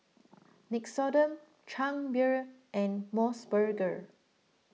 Nixoderm Chang Beer and Mos Burger